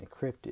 encrypted